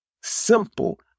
simple